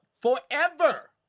Forever